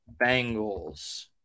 Bengals